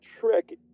trick